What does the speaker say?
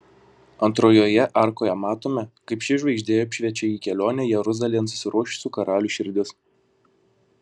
antrojoje arkoje matome kaip ši žvaigždė apšviečia į kelionę jeruzalėn susiruošusių karalių širdis